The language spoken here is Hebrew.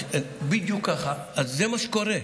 בדיוק ככה, זה מה שקורה.